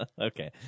Okay